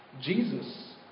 Jesus